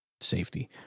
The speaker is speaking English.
Safety